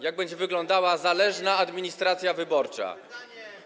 Jak będzie wyglądała zależna administracja wyborcza?